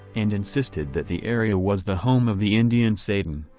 and insisted that the area was the home of the indian satan.